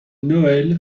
noël